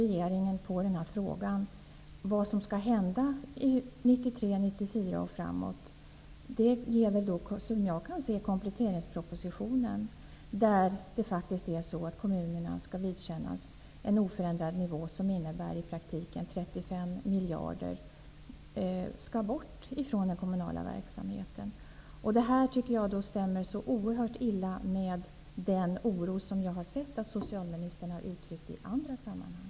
Regeringens svar på frågan om vad som skall hända 1993--1994 och framåt ges i kompletteringspropositionen. Kommunerna skall ju vidkännas en oförändrad nivå, något som i praktiken innebär att 35 miljarder skall tas bort från den kommunala verksamheten. Jag tycker att detta rimmar mycket illa med den oro som jag erfarit att socialministern har uttryckt i andra sammanhang.